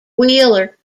wheeler